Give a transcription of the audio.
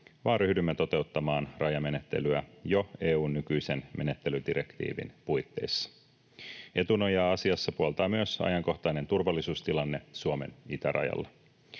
vaan ryhdymme toteuttamaan rajamenettelyä jo EU:n nykyisen menettelydirektiivin puitteissa. Etunojaa asiassa puoltaa myös ajankohtainen turvallisuustilanne Suomen itärajalla.